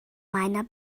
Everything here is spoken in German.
meiner